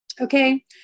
okay